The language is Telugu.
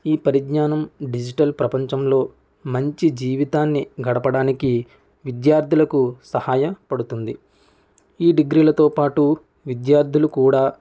ఈ పరిజ్ఞానం డిజిటల్ ప్రపంచంలో మంచి జీవితాన్ని గడపడానికి విద్యార్థులకు సహాయపడుతుంది ఈ డిగ్రీలతో పాటు విద్యార్థులు కూడా